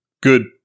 good